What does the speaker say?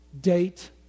Date